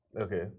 okay